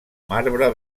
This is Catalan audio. marbre